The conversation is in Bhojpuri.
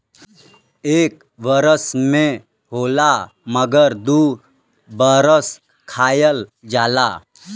एक बरस में होला मगर दू बरस खायल जाला